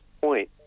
point